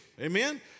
Amen